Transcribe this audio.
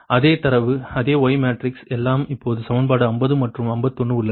அதே தரவு அதே Y மேட்ரிக்ஸ் எல்லாம் இப்போது சமன்பாடு 50 மற்றும் 51 உள்ளது